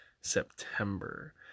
September